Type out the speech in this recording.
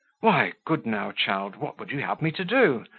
why, good now, child, what would you have me to do?